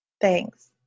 Thanks